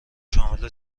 شامل